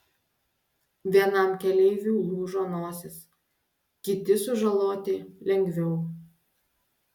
vienam keleiviui lūžo nosis kiti sužaloti lengviau